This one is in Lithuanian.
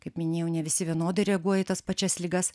kaip minėjau ne visi vienodai reaguoja į tas pačias ligas